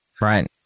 Right